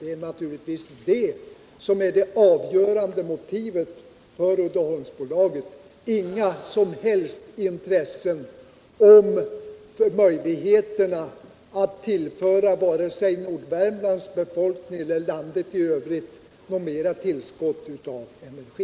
Det är naturligtvis det som är det avgörande motivet för Uddeholmsbolaget. Det finns inga som helst intressen i och för sig av möjligheterna att tillföra vare sig Värmlands befolkning eller landet i övrigt ytterligare tillskott av energi.